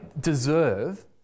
deserve